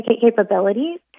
capabilities